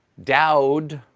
dowd